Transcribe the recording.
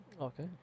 Okay